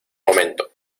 momento